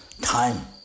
time